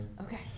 Okay